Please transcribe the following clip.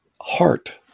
heart